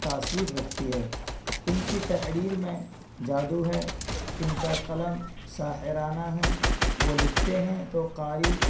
تاثیر رکھی ہے ان کی تحریر میں جادو ہے ان کا قلم ساحرانہ ہیں وہ لکھتے ہیں تو قاری